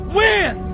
win